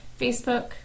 Facebook